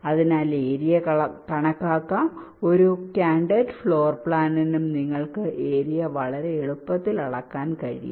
അതിനാൽ ഏരിയ എളുപ്പത്തിൽ കണക്കാക്കാം ഓരോ കാൻഡിഡേറ്റ് ഫ്ലോർ പ്ലാനിനും നിങ്ങൾക്ക് ഏരിയ വളരെ എളുപ്പത്തിൽ അളക്കാൻ കഴിയും